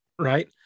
right